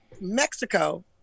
Mexico